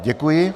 Děkuji.